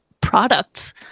products